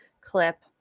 clip